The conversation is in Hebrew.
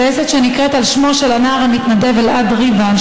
טייסת שנקראת על שמו של הנער המתנדב אלעד ריבן,